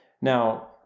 Now